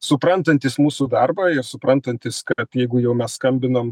suprantantys mūsų darbą ir suprantantys kad jeigu jau mes skambinom